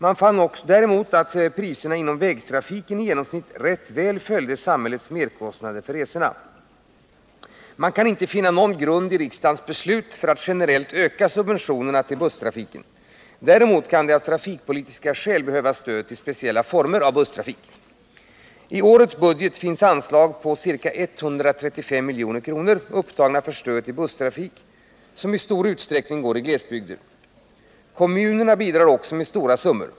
Utredningen fann däremot att priserna inom vägtrafiken i genomsnitt rätt väl följde samhällets merkostnader för resorna. Man kan inte finna någon grund i riksdagens beslut för att generellt öka subventionerna till busstrafiken. Däremot kan det av trafikpolitiska skäl behövas stöd till speciella former av busstrafik. I årets statsbudget finns anslag på ca 135 milj.kr. upptagna för stöd till busstrafik som i stor utsträckning går i glesbygder. Kommunerna bidrar också med stora summor.